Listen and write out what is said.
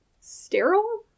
sterile